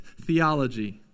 theology